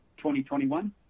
2021